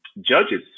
judges